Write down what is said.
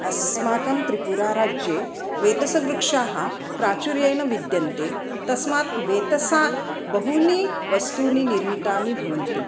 अस्माकं त्रिपुराराज्ये वेतसवृक्षाः प्राचुर्येण विद्यन्ते तस्मात् वेतसा बहूनि वस्तूनि निर्मितानि भवन्ति